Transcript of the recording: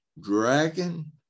dragon